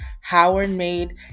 Howard-made